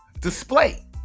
display